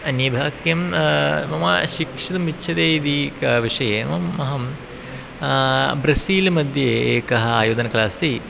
अन्ये भ किं मम शिक्षितुम् इच्छति इति कः विषये मम अहं ब्रसील् मध्ये एकः आयोधनकला अस्ति